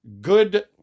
good